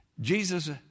Jesus